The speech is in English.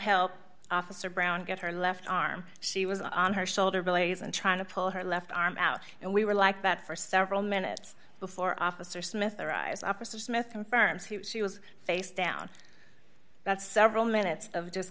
help officer brown get her left arm she was on her shoulder blades and trying to pull her left arm out and we were like that for several minutes before officer smith arise officer smith confirms he was face down that's several minutes of just